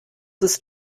ist